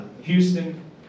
Houston